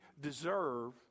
deserve